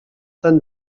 tan